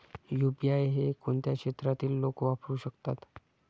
UPI हे कोणत्या क्षेत्रातील लोक वापरू शकतात?